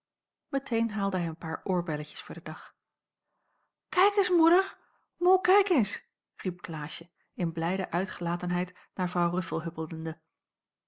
meteen haalde hij een paar oorbelletjes voor den dag kijk eens moeder moê kijk eens riep klaasje in blijde uitgelatenheid naar vrouw ruffel huppelende